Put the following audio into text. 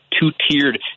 two-tiered